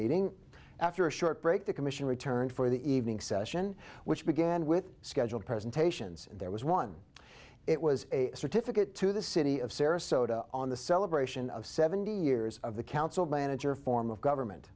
meeting after a short break the commission returned for the evening session which began with scheduled presentations there was one it was a certificate to the city of sarasota on the celebration of seventy years of the council manager form of government